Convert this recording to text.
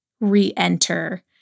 re-enter